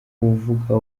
kuvuga